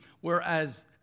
whereas